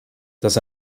dass